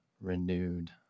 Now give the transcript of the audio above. renewed